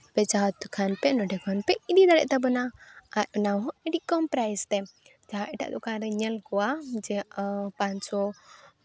ᱟᱯᱮ ᱪᱟᱦᱟᱣ ᱠᱷᱟᱱ ᱯᱮ ᱱᱚᱰᱮ ᱠᱷᱚᱱᱯᱮ ᱤᱫᱤ ᱫᱟᱲᱮᱭ ᱛᱟᱵᱚᱱᱟ ᱚᱱᱟ ᱦᱚᱸ ᱟᱹᱰᱤ ᱠᱚᱢ ᱯᱨᱟᱭᱤᱥ ᱛᱮ ᱡᱟᱦᱟᱸ ᱮᱴᱟᱜ ᱫᱚᱠᱟᱱ ᱨᱤᱧ ᱧᱮᱞ ᱠᱚᱣᱟ ᱡᱮ ᱯᱟᱸᱪ ᱥᱚ